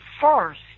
first